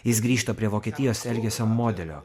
jis grįžta prie vokietijos elgesio modelio